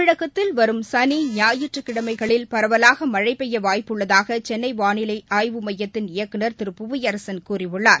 தமிழகத்தில் வரும் சனி ஞாயிற்றுக்கிழமைகளில் பரவலாகமழைபெய்யவாய்ப்புள்ளதாகசென்னைவானிலைஆய்வு மையத்தின் இயக்குநா் திரு புவியரசன் கூறியுள்ளார்